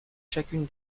chacune